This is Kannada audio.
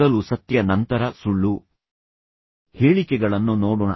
ಮೊದಲು ಸತ್ಯ ನಂತರ ಸುಳ್ಳು ಹೇಳಿಕೆಗಳನ್ನು ನೋಡೋಣ